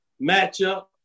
matchup